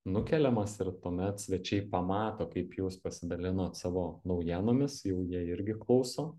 nukeliamas ir tuomet svečiai pamato kaip jūs pasidalinot savo naujienomis jau jie irgi klauso